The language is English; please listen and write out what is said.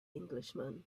englishman